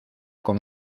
con